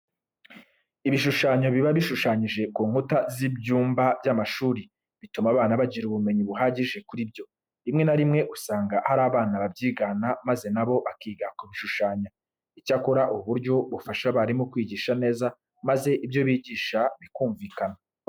Ibishushanyo biba bishushanyije ku nkuta z'ibyumba by'amashuri, bituma abana bagira ubumenyi buhagije kuri byo. Rimwe na rimwe usanga hari abana babyigana maze na bo bakiga kubishushanya. Icyakora ubu buryo bufasha abarimu kwigisha neza maze ibyo bigisha bikumvikana.